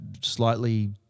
slightly